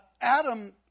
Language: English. Adam